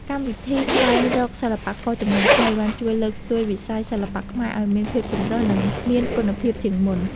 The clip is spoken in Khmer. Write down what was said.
កម្មវិធីស្វែងរកសិល្បករជំនាន់ថ្មីបានជួយលើកស្ទួយវិស័យសិល្បៈខ្មែរឱ្យមានភាពចម្រុះ និងមានគុណភាពជាងមុន។